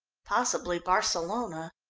possibly barcelona.